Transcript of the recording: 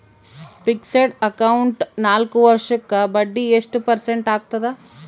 Fixed account ನಾಲ್ಕು ವರ್ಷಕ್ಕ ಬಡ್ಡಿ ಎಷ್ಟು ಪರ್ಸೆಂಟ್ ಆಗ್ತದ?